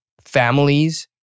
families